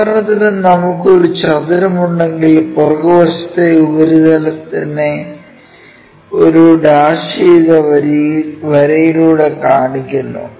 ഉദാഹരണത്തിന് നമുക്ക് ഒരു ചതുരം ഉണ്ടെങ്കിൽ പുറകു വശത്തെ ഉപരിതലത്തിനെ ഒരു ഡാഷ് ചെയ്ത വരയിലൂടെ കാണിക്കുന്നു